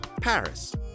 Paris